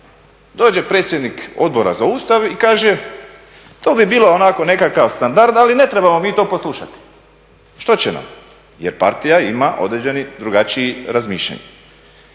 Dođe predsjednik Odbora za Ustav i kaže to bi bilo onako nekakav standard, ali ne trebamo mi to poslušati. Što će nam? Jer partija ima određeni drugačiji razmišljanje.